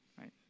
right